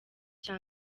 cya